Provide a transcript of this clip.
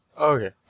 okay